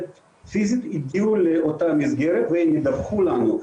פיזית הגיעו לאותה מסגרת והן ידווחו לנו.